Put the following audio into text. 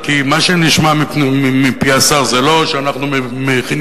כי מה שנשמע מפי השר זה לא שאנחנו מכינים